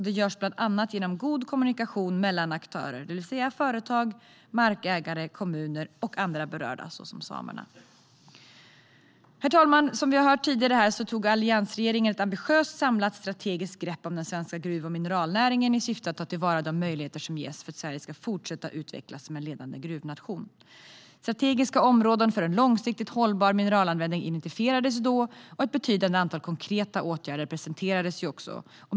Det görs bland annat genom god kommunikation mellan aktörer, det vill säga företag, markägare, kommuner och andra berörda - såsom samerna. Herr talman! Som vi har hört tidigare i talarstolen tog alliansregeringen ett ambitiöst och samlat strategiskt grepp om den svenska gruv och mineralnäringen i syfte att ta till vara de möjligheter som ges för att Sverige ska fortsätta att utvecklas som en ledande gruvnation. Strategiska områden för en långsiktigt hållbar mineralanvändning identifierades, och ett betydande antal konkreta åtgärder presenterades.